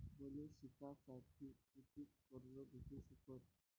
मले शिकासाठी कितीक कर्ज भेटू सकन?